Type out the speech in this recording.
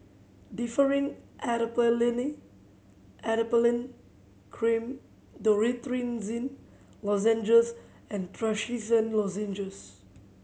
Differin Adapalene Cream Lozenges and Trachisan Lozenges